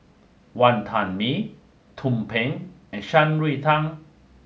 Wantan Mee Tumpeng and Shan Rui Tang